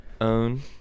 own